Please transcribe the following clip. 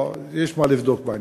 יש מה לבדוק בעניין.